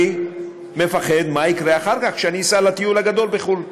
אני מפחד מה יקרה אחר כך כשאסע לטיול הגדול בחו"ל.